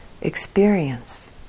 experience